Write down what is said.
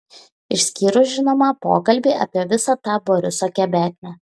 išskyrus žinoma pokalbį apie visą tą boriso kebeknę